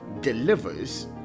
delivers